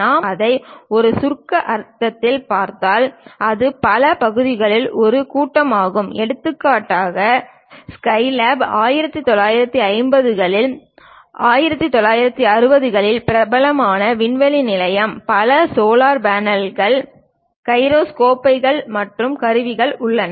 நாம் அதை ஒரு சுருக்க அர்த்தத்தில் பார்த்தால் அது பல பகுதிகளின் ஒரு கூட்டமாகும் எடுத்துக்காட்டாக ஸ்கைலேப் 1950 கள் 1960 களில் பிரபலமான விண்வெளி நிலையத்தில் பல சோலார் பேனல்கள் கைரோஸ்கோப்புகள் மற்றும் கருவிகள் உள்ளன